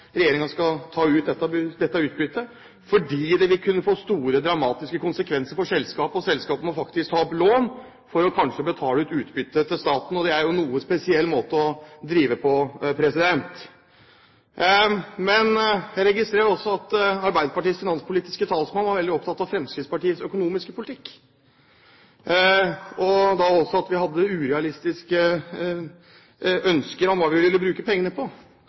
faktisk ta opp lån for å betale utbytte til staten. Det er jo en noe spesiell måte å drive på. Jeg registrerer også at Arbeiderpartiets finanspolitiske talsmann var veldig opptatt av Fremskrittspartiets økonomiske politikk, at vi hadde urealistiske ønsker om hva vi ville bruke penger på.